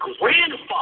grandfather